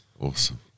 Awesome